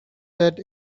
that